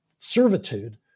servitude